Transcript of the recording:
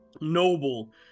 Noble